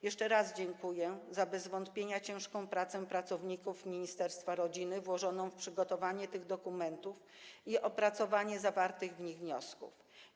Jeszcze raz dziękuję za bez wątpienia ciężką pracę pracowników ministerstwa rodziny włożoną w przygotowanie tych dokumentów i opracowanie zawartych w nich wniosków.